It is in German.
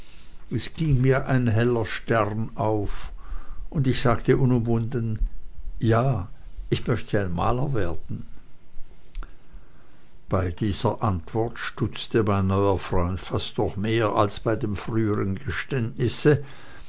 es ging mir ein heller stern auf und ich sagte unumwunden ja ich möchte ein maler werden bei dieser antwort stutzte mein neuer freund fast noch mehr als bei dem frühern geständnisse